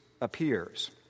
appears